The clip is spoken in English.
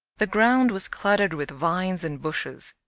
the ground was cluttered with vines and bushes,